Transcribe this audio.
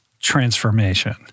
transformation